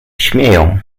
śmieją